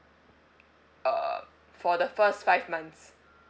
uh for the first five months